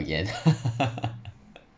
again